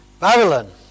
Babylon